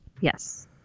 Yes